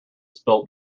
spilt